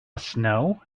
snow